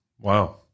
wow